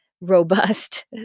robust